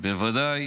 היא בוודאי